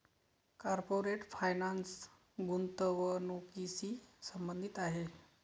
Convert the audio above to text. corporate finance गुंतवणुकीशी संबंधित आहे